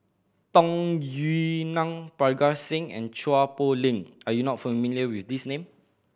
Tung Yue Nang Parga Singh and Chua Poh Leng are you not familiar with these name